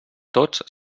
tots